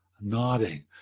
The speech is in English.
nodding